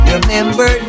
Remember